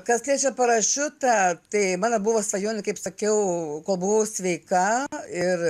kas liečia parašiutą tai mano buvo svajonė kaip sakiau kol buvau sveika ir